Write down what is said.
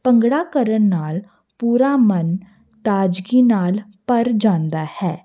ਭੰਗੜਾ ਕਰਨ ਨਾਲ ਪੂਰਾ ਮਨ ਤਾਜਗੀ ਨਾਲ ਭਰ ਜਾਂਦਾ ਹੈ